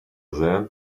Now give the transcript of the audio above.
then